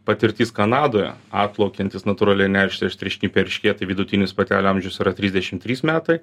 patirtis kanadoje atplaukiantys natūraliai neršti aštriašnipiai eršketai vidutinis patelių amžius yra trisdešim trys metai